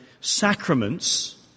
sacraments